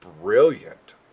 brilliant